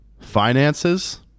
finances